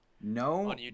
No